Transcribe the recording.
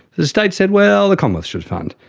the state said, well, the commonwealth should fund.